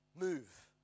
Move